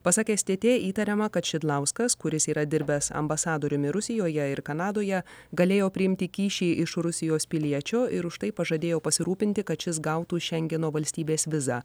pasak stt įtariama kad šidlauskas kuris yra dirbęs ambasadoriumi rusijoje ir kanadoje galėjo priimti kyšį iš rusijos piliečio ir už tai pažadėjo pasirūpinti kad šis gautų šengeno valstybės vizą